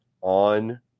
on